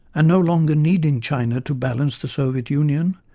and no longer needing china to balance the soviet union,